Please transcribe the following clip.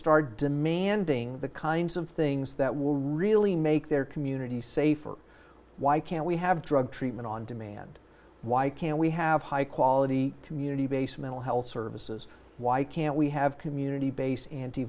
start demanding the kinds of things that will really make their communities safer why can't we have drug treatment on demand why can't we have high quality community based mental health services why can't we have community base anti